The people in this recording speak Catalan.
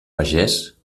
pagés